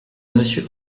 monsieur